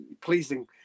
pleasing